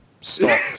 Stop